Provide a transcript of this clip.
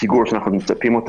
בפיגור שאנחנו מצפים לו.